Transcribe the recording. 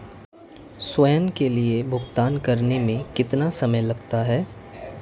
स्वयं के लिए भुगतान करने में कितना समय लगता है?